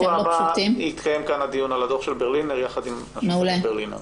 בשבוע הבא יתקיים כאן הדיון על הדוח של ברלינר יחד עם השופטת ברלינר.